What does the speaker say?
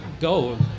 go